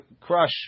crush